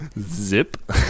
Zip